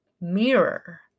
mirror